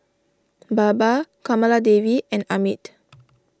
Baba Kamaladevi and Amit